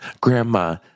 grandma